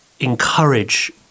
encourage